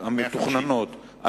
המתוכננות.